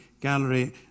gallery